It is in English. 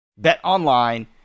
BetOnline